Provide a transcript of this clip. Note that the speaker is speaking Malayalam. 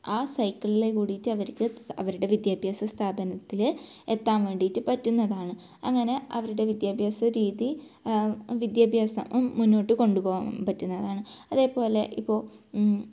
ആ സൈക്കിളില് കൂടീട്ട് അവർക്ക് അവരുടെ വിദ്യാഭ്യാസ സ്ഥാപനത്തിൽ എത്താൻ വേണ്ടീട്ട് പറ്റുന്നതാണ് അങ്ങനെ അവരുടെ വിദ്യാഭ്യാസരീതി വിദ്യാഭ്യാസം മുന്നോട്ട് കൊണ്ടുപോകാൻ പറ്റുന്നതാണ് അതുപോലെ ഇപ്പോൾ